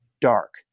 dark